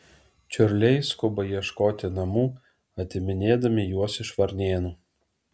čiurliai skuba ieškoti namų atiminėdami juos iš varnėnų